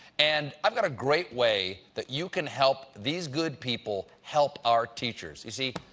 and i've got a great way that you can help these good people help our teachers. you see,